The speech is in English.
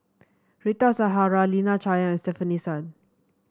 Rita Zahara Lina Chiam Stefanie Sun